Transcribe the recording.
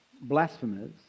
blasphemers